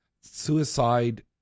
suicide